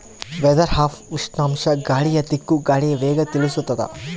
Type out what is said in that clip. weather app ಉಷ್ಣಾಂಶ ಗಾಳಿಯ ದಿಕ್ಕು ಗಾಳಿಯ ವೇಗ ತಿಳಿಸುತಾದ